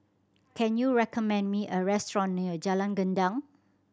can you recommend me a restaurant near Jalan Gendang